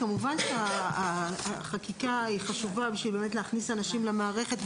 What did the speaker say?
כמובן החקיקה חשובה כדי להכניס אנשים למערכת,